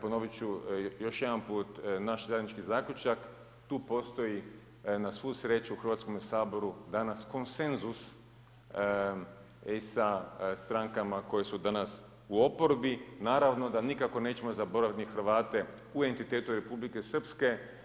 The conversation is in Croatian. Ponoviti ću još jedan put, naš je zajednički zaključak tu postoji na svu sreću, u Hrvatskome saboru danas konsenzus i sa strankama koje su danas u oporbi, naravno da nikako nećemo zaboraviti ni Hrvate u entitetu Republike Srpske.